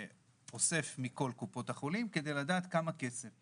אוסף מכל קופות החולים כדי לדעת כמה כסף.